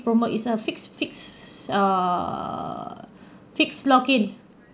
promo it's a fix fix err fixed log in